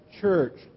church